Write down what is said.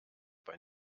bei